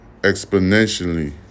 exponentially